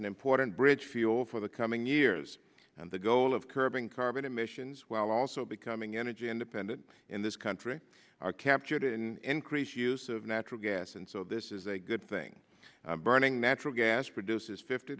an important bridge fuel for the coming years and the goal of curbing carbon emissions while also becoming energy independent in this country are captured in crease use of natural gas and so this is a good thing burning natural gas produced fifty